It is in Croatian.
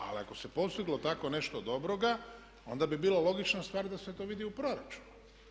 Ali ako se postiglo tako nešto dobroga, onda bi bila logična stvar da se to vidi u proračunu.